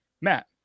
Matt